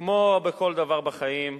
חברת הכנסת וילף, פשוט מאוד: כמו בכל דבר בחיים,